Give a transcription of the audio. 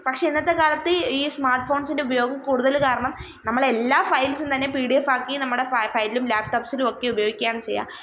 പക്ഷെ ഇന്നത്തെ കാലത്ത് ഈ സ്മാട്ട് ഫോണ്സിന്റെ ഉപയോഗം കൂടുതൽ കാരണം നമ്മൾ എല്ലാ ഫയല്സും തന്നെ പി ഡി എഫ് ആക്കി നമ്മുടെ ഫയലിലും ലാപ്ടോപ്സ്സിലുമൊക്കെ ഉപയോഗിക്കുകയാണ് ചെയ്യുക